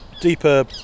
deeper